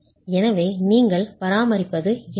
எனவே நீங்கள் பராமரிப்பது Fb